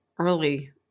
early